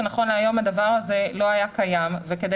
שנכון להיום הדבר הזה לא היה קיים וכדי